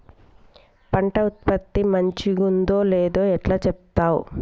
పంట ఉత్పత్తి మంచిగుందో లేదో ఎట్లా చెప్తవ్?